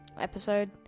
episode